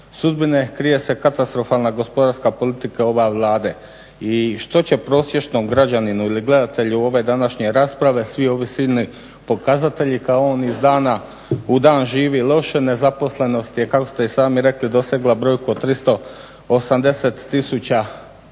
sudbine, krije se katastrofalna gospodarska politika ove Vlade. I što će prosječnom građaninu ili gledatelju ove današnje rasprave svi ovi silni pokazatelji kad on iz dana u dan živi loše, nezaposlenost je kako ste i sami rekli dosegla brojku od 380000